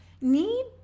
need